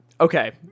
Okay